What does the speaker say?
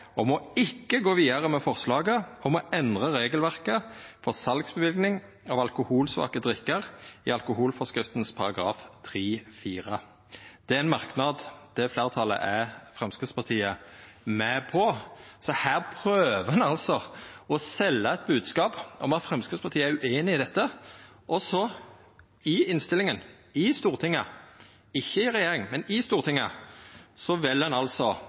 gå videre med forslaget om å endre regelverket for salgsbevilling av alkoholsvake drikker i alkoholforskriften § 3-4.» Dette er ein fleirtalsmerknad som Framstegspartiet er med på. Her prøver ein altså å selja eit bodskap om at Framstegspartiet er ueinig i dette, medan ein i innstillinga, i Stortinget – ikkje i regjeringa, men i Stortinget – vel å støtta ein